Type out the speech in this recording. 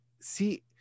See